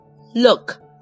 Look